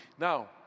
Now